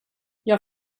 jag